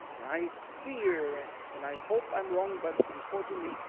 and i fear, and i hope i'm wrong. but unfortunately.